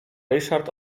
ryszard